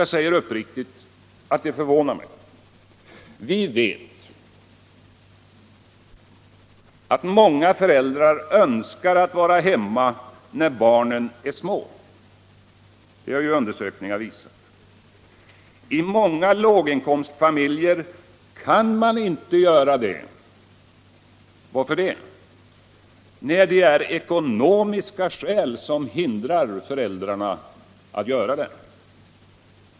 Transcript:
Jag vill uppriktigt säga att det förvånar mig. Vi vet att många föräldrar önskar vara hemma när barnen är små. Flera undersökningar har visat detta. I många låginkomstfamiljer kan man inte det. Varför det? Ekonomiska skäl hindrar föräldrarna.